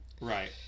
Right